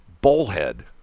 Bullhead